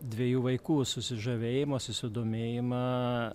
dviejų vaikų susižavėjimą susidomėjimą